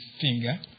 finger